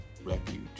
Refuge